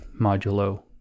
modulo